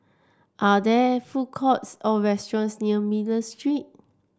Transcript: are there food courts or restaurants near Miller Street